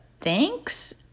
thanks